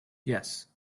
yes